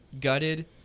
gutted